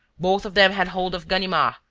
both of them had hold of ganimard,